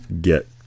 get